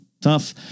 tough